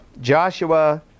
Joshua